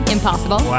Impossible